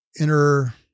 inner